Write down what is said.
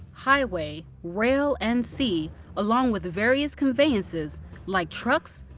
highway, rail, and sea along with various conveyances like trucks,